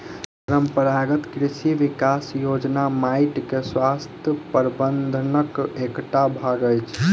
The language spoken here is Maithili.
परंपरागत कृषि विकास योजना माइटक स्वास्थ्य प्रबंधनक एकटा भाग अछि